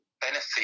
benefit